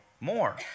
more